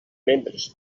membres